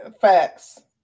facts